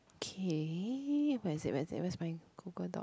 K where is it where is it where's my Google doc